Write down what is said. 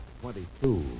Twenty-two